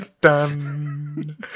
done